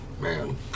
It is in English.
Man